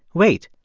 wait,